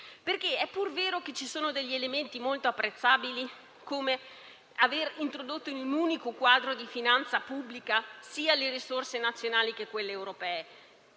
È pur vero che ci sono degli elementi molto apprezzabili, come l'aver introdotto in unico quadro di finanza pubblica sia le risorse nazionali che quelle europee,